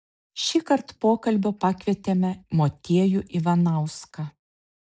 šįkart pokalbio pakvietėme motiejų ivanauską